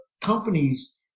companies